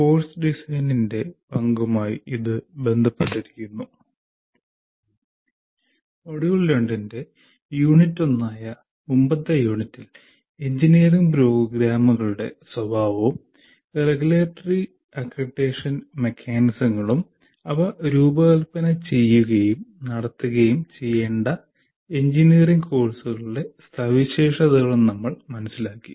course ഡിസൈനിന്റെ പങ്കുമായി ഇത് ബന്ധപ്പെട്ടിരിക്കുന്നു മൊഡ്യൂൾ 2 ന്റെ യൂണിറ്റ് 1 ആയ മുമ്പത്തെ യൂണിറ്റിൽ എഞ്ചിനീയറിംഗ് പ്രോഗ്രാമുകളുടെ സ്വഭാവവും റെഗുലേറ്ററി അക്രഡിറ്റേഷൻ മെക്കാനിസങ്ങളും അവ രൂപകൽപ്പന ചെയ്യുകയും നടത്തുകയും ചെയ്യേണ്ട എഞ്ചിനീയറിംഗ് കോഴ്സുകളുടെ സവിശേഷതകളും നമ്മൾ മനസ്സിലാക്കി